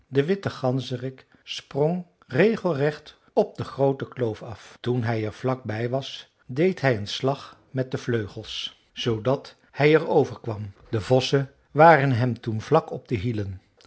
de witte ganzerik sprong regelrecht op de groote kloof af toen hij er vlak bij was deed hij een slag met de vleugels zoodat hij er over kwam de vossen waren hem toen vlak op de hielen